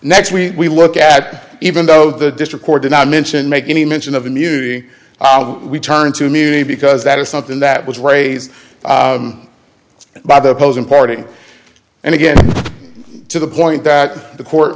next we look at even though the district court did not mention make any mention of immunity we turned to me because that is something that was raised by the opposing party and again to the point that the court